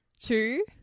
Two